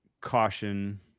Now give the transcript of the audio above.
caution